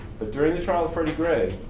but during the trial of freddie gray,